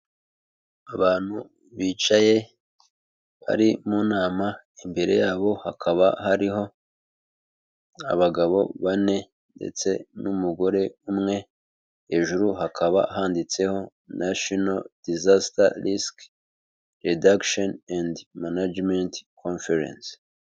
Abantu bicaye bari mu nama, imbere yabo hakaba hariho abagabo bane ndetse n'umugore umwe, hejuru hakaba handitseho National Disaster Risk Reduction and Management Conference.